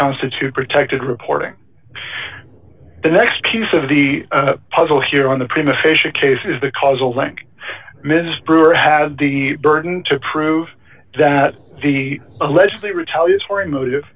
constitute protected reporting the next piece of the puzzle here on the prima facia case is the causal link mr brewer has the burden to prove that the allegedly retaliatory motive